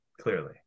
clearly